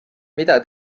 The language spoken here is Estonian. mida